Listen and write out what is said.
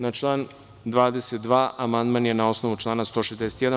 Na član 22. amandman je, na osnovu člana 161.